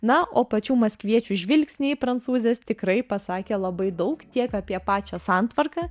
na o pačių maskviečių žvilgsniai į prancūzes tikrai pasakė labai daug tiek apie pačią santvarką